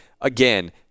Again